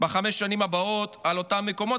בחמש שנים הבאות על אותם מקומות,